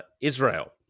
Israel